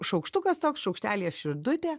šaukštukas toks šaukštelyje širdutė